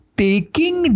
taking